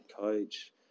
coach